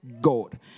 God